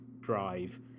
drive